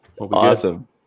Awesome